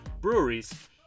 breweries